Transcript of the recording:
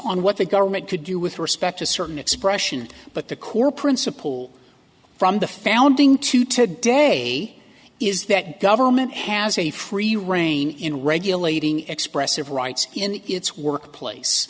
on what the government could do with respect to certain expression but the core principle from the founding to today is that government has a free reign in regulating expressive rights in its workplace